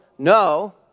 No